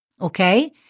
Okay